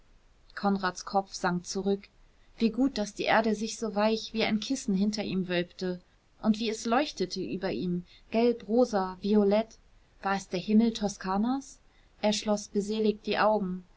konrads kopf sank zurück wie gut daß die erde sich so weich wie ein kissen hinter ihm wölbte und wie es leuchtete über ihm gelb rosa violett war es der himmel toskanas er schloß beseligt die augen